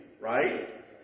right